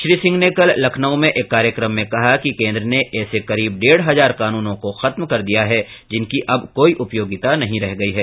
श्री सिंह ने कल लखनऊ में ऐक कार्यक्रम में कहा कि केन्द्र ने ऐसे करीब डेढ हजार कानूनों को खत्म कर दिया है जिनकी अब कोई उपयोगिता नहीं रह गई है